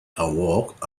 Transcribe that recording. awoke